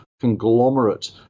conglomerate